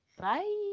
bye